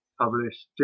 Published